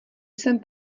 jsem